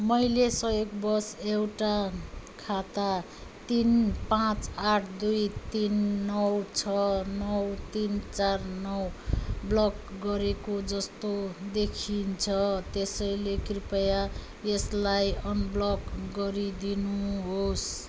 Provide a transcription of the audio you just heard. मैले संयोगवश एउटा खाता तिन पाँच आठ दुई तिन नौ छ नौ तिन चार नौ ब्लक गरेको जस्तो देखिन्छ त्यसैले कृपया यसलाई अनब्लक गरिदिनुहोस्